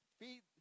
feed